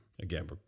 again